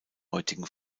heutigen